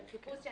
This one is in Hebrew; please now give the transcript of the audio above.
של חיפוש.